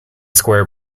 square